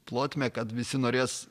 plotmę kad visi norės